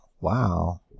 Wow